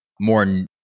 more